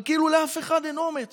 אבל כאילו לאף אחד אין אומץ